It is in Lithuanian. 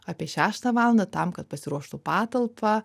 apie šeštą valandą tam kad pasiruoštų patalpą